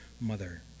mother